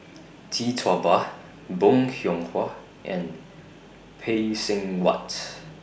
Tee Tua Ba Bong Hiong Hwa and Phay Seng Whatt